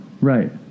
Right